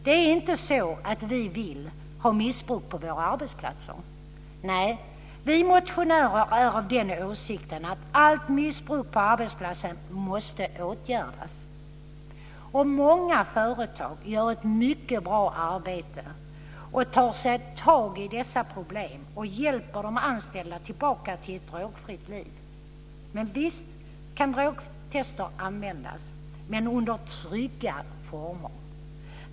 Det är inte så att vi vill ha missbruk på våra arbetsplatser. Vi motionärer är av den åsikten att allt missbruk på arbetsplatsen måste åtgärdas. Många företag gör ett mycket bra arbete och tar tag i dessa problem och hjälper de anställda tillbaka till ett drogfritt liv. Visst kan drogtest användas, men under trygga former.